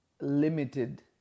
limited